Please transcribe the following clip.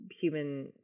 human